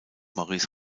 maurice